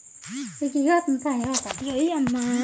ಬೇಜದ ಹೆಸರುಗಳು ಯಾವ್ಯಾವು?